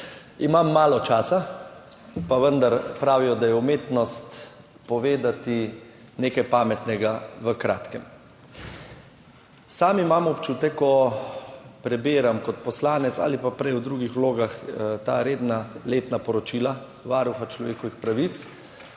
Imam malo časa, pa vendar pravijo, da je umetnost povedati nekaj pametnega na kratko. Sam imam občutek, ko prebiram kot poslanec ali pa prej v drugih vlogah ta redna letna poročila Varuha človekovih pravic,